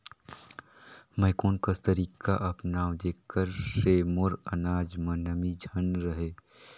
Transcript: मैं कोन कस तरीका अपनाओं जेकर से मोर अनाज म नमी झन रहे?